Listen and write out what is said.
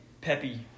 peppy